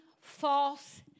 false